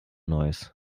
neues